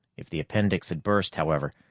if the appendix had burst, however,